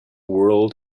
world